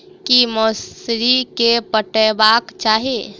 की मौसरी केँ पटेबाक चाहि?